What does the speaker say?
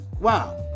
Wow